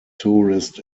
tourist